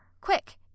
Quick